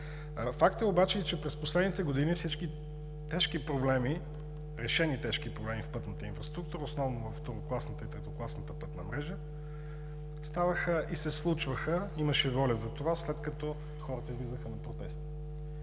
Факт е, че през последните години всички решени тежки проблеми в пътната инфраструктура, основно във второкласната и третокласната пътна мрежа, ставаха и се случваха, имаше воля за това, след като хората излизаха на протести.